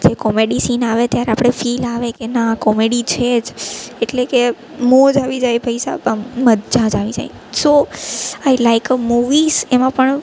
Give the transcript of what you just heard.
જે comedy scene આવે ત્યારે આપણે ફીલ આવે કે ના આ કોમેડી છે જ એટલે કે મોજ આવી જાય ભાઈસાબ આમ મજા જ આવી જાય so I like a movies એમાં પણ